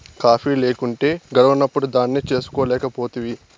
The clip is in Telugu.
కాఫీ లేకుంటే గడవనప్పుడు దాన్నే చేసుకోలేకపోతివి